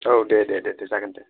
औ दे दे दे दे जागोन दे